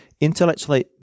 intellectually